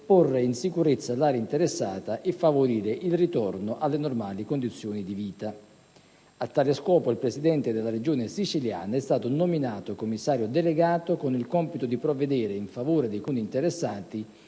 porre in sicurezza l'area interessata e favorire il ritorno alle normali condizioni di vita. A tale scopo, il Presidente della Regione siciliana è stato nominato Commissario delegato con il compito di provvedere in favore dei Comuni interessati